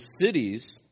cities